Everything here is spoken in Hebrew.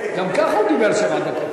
גם ככה הוא דיבר שבע דקות,